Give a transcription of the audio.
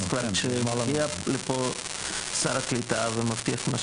כשמגיע לפה שר הקליטה ומבטיח את מה